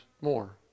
more